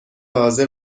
حاضر